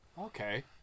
Okay